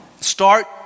start